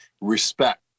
Respect